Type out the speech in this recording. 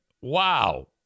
Wow